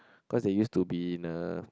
cause they used to be in a